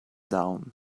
down